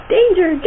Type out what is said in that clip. Danger